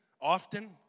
Often